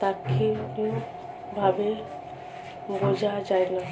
তাৎক্ষণিকভাবে বোঝা যায়না